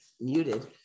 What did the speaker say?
muted